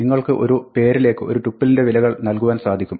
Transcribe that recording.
നിങ്ങൾക്ക് ഒരു പേരിലേക്ക് ഒരു ടുപ്പിളിന്റെ വിലകൾ നൽകുവാൻ സാധിക്കും